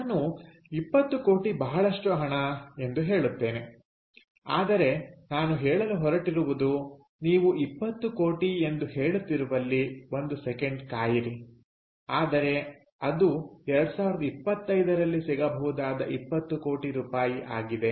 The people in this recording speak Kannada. ನಾನು 20 ಕೋಟಿ ಬಹಳಷ್ಟು ಹಣ ಎಂದು ಹೇಳುತ್ತೇನೆ ಆದರೆ ನಾನು ಹೇಳಲು ಹೊರಟಿರುವುದು ನೀವು 20 ಕೋಟಿ ಎಂದು ಹೇಳುತ್ತಿರುವಲ್ಲಿ ಒಂದು ಸೆಕೆಂಡ್ ಕಾಯಿರಿ ಆದರೆ ಅದು 2025ರಲ್ಲಿ ಸಿಗಬಹುದಾದ 20 ಕೋಟಿ ರೂಪಾಯಿ ಆಗಿದೆ